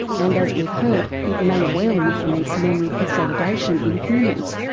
and, as we've heard, it may well influence memory consolidation in humans,